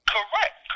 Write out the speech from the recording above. Correct